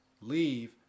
leave